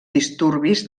disturbis